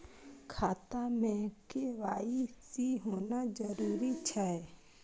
खाता में के.वाई.सी होना जरूरी छै?